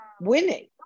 winning